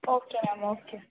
okay ma'am okay